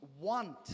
want